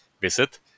Visit